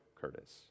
Curtis